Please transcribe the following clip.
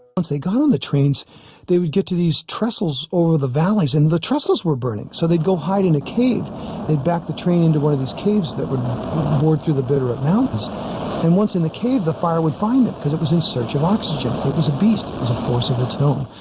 once they got on the trains they would get to these trestles over the valleys and the trestles were burning so they'd go hide in a cave they'd back the train into one of these caves that bored through the bitterroot mountains and once in the cave the fire would find them because it was in search of oxygen it was a beast as a force of its own